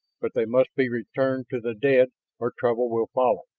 but they must be returned to the dead or trouble will follow.